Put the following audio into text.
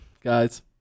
guys